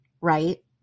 right